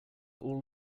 all